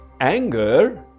Anger